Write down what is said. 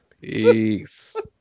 peace